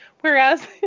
Whereas